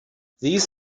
these